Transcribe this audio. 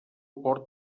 port